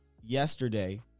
yesterday